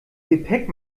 gepäck